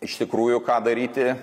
iš tikrųjų ką daryti